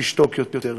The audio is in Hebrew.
לשתוק יותר,